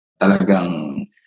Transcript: talagang